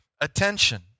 attention